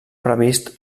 previst